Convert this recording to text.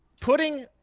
putting